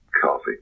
Coffee